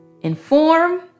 inform